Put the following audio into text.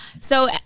So-